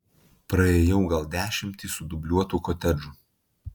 praėjau gal dešimtį sudubliuotų kotedžų